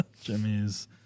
Jimmy's